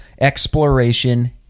Exploration